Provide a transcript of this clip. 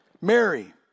Mary